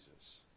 Jesus